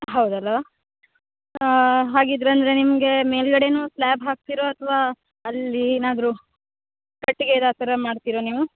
ಹೌದಲ್ಲ ಹಾಗಿದಂದ್ರೆ ನಿಮಗೆ ಮೇಲ್ಗಡೇ ಸ್ಲಾಬ್ ಹಾಕ್ತಿರೋ ಅಥ್ವ ಅಲ್ಲಿ ಏನಾದ್ರು ಕಟ್ಟಿಗೇದು ಆ ಥರ ಮಾಡ್ತಿರ ನೀವು